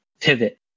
pivot